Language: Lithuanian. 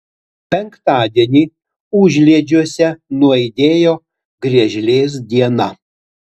penktadienį užliedžiuose nuaidėjo griežlės diena